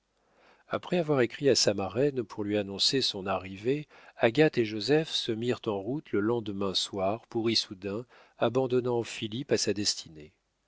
après avoir écrit à sa marraine pour lui annoncer son arrivée agathe et joseph se mirent en route le lendemain soir pour issoudun abandonnant philippe à sa destinée